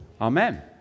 Amen